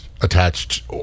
attached